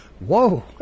whoa